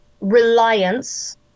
reliance